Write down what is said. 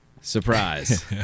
Surprise